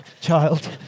child